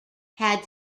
had